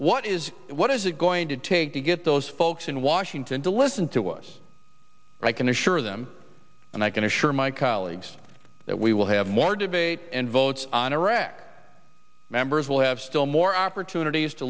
what is what is it going to take to get those folks in washington to listen to us i can assure them and i can assure my colleagues that we will have more debate and votes on iraq members will have still more opportunities to